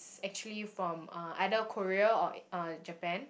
actually from uh either Korea or uh Japan